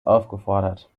aufgefordert